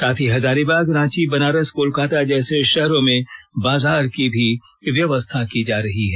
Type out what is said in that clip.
साथ ही हजारीबाग रांची बनारस कोलकाता जैसे शहरों में बाजार की भी व्यवस्था की जा रही है